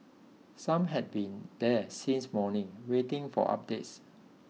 some had been there since morning waiting for updates